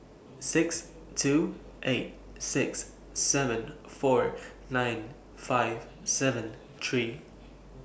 six two eight six seven four nine five seven three